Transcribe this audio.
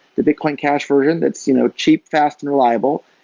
the bitcoin cash version that's you know cheap, fast and reliable.